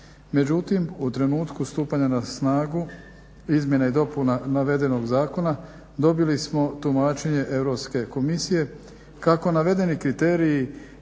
Međutim, u trenutku stupanja na snagu izmjena i dopuna navedenog zakona dobili smo tumačenje Europske komisije kako navedeni kriteriji